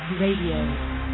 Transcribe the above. Radio